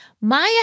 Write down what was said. Maya